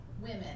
women